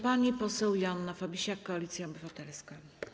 Pani poseł Joanna Fabisiak, Koalicja Obywatelska.